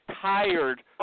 tired